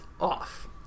off